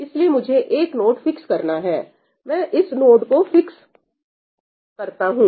इसलिए मुझे एक नोड फिक्स करना है मैं इस नोट को फिक्स करता हूं